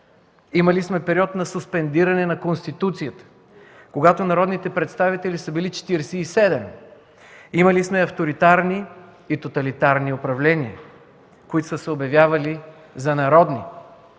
имали сме период на суспендиране на Конституцията, когато народните представители са били 47, имали сме тоталитарни и авторитарни управления, които са се обявявали за народни.